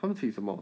他们请什么